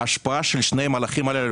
ההשפעה של שני המהלכים הללו,